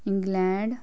England